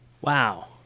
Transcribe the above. Wow